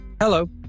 Hello